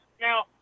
Now